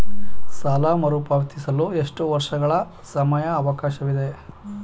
ಸಾಲ ಮರುಪಾವತಿಸಲು ಎಷ್ಟು ವರ್ಷಗಳ ಸಮಯಾವಕಾಶವಿದೆ?